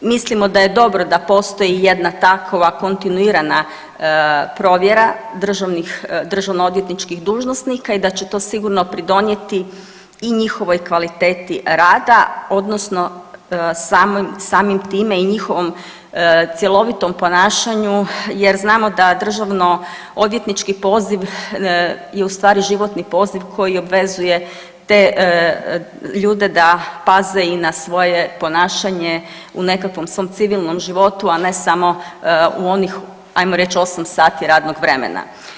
Mislimo da je dobro da postoji jedna takva kontinuirana provjera državno odvjetničkih dužnosnika i da će to sigurno pridonijeti i njihovoj kvaliteti rada odnosno samim time i njihovom cjelovitom ponašanju jer znamo da državno odvjetnički poziv je u stvari životni poziv koji obvezuje te ljude da paze i na svoje ponašanje u nekakvom svom civilnom životu, a ne samo u onih ajmo reć 8 sati radnog vremena.